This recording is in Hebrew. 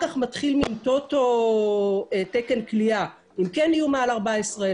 כך מתחיל מין "טוטו תקן כליאה" אם כן יהיו מעל 14,000,